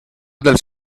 dels